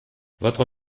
votre